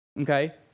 Okay